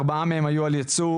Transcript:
שארבעה מהם היו על ייצוא,